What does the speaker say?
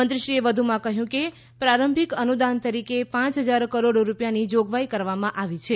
મંત્રીએ વધુમાં કહ્યું પ્રારંભિક અનુદાન તરીકે પાંચ હજાર કરોડ રૂપિયાની જોગવાઈ કરવામાં આવી છે